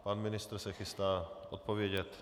Pan ministr se chystá odpovědět.